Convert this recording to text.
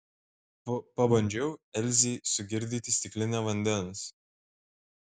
pabandžiau elzei sugirdyti stiklinę vandens